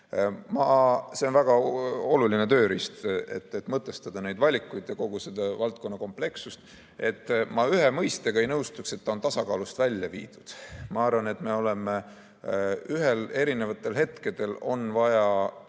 See on väga oluline tööriist, et mõtestada neid valikuid ja kogu selle valdkonna komplekssust. Ma ühe mõistega ei nõustuks, et see on tasakaalust välja viidud. Ma arvan, et erinevatel hetkedel on vaja